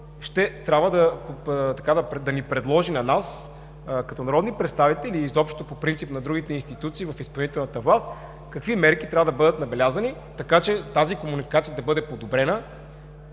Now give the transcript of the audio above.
ще трябва да ни предложи на нас като народни представители и изобщо по принцип на другите институции в изпълнителната власт какви мерки трябва да бъдат набелязани, така че тази комуникация да бъде подобрена,